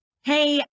hey